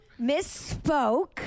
misspoke